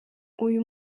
uyu